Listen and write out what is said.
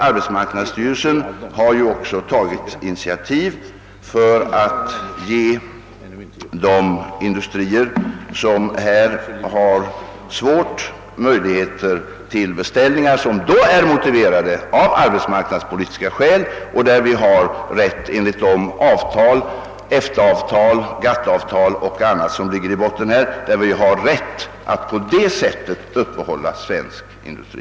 Arbetsmarknadsstyrelsen har också tagit initiativ för att ge de industrier som har det svårt möjligheter till beställningar, vilka alltså är grundade på arbetsmarknadspolitiska skäl. I sådant fall har vi enligt de avtal inom EFTA, GATT 0. s. v. som ligger i botten rätt att på detta sätt uppehålla svensk industri.